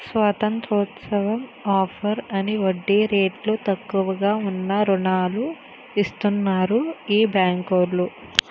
స్వతంత్రోత్సవం offer అని వడ్డీ రేట్లు తక్కువగా ఉన్న రుణాలు ఇస్తన్నారు ఈ బేంకులో